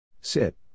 Sit